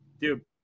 dude